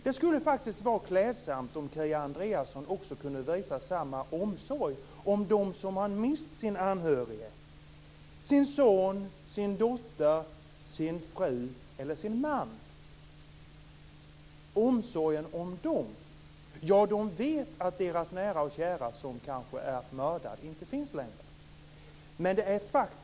Det skulle faktiskt vara klädsamt om Kia Andreasson också kunde visa samma omsorg om dem som har mist en anhörig, sin son, sin dotter, sin fru eller sin man. De vet att deras nära och kära, som kanske är mördad, inte finns längre.